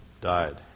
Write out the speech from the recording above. died